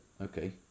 okay